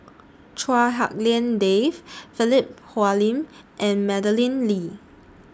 Chua Hak Lien Dave Philip Hoalim and Madeleine Lee